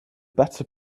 better